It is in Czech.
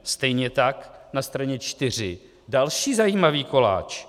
Stejně tak, na straně 4 další zajímavý koláč.